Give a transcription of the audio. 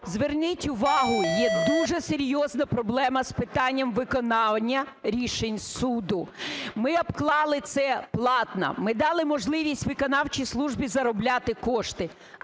зверніть увагу, є дуже серйозна проблема з питанням виконання рішень суду. Ми обклали це платно. Ми дали можливість виконавчій службі заробляти кошти,